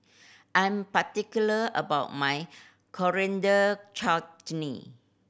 I'm particular about my Coriander Chutney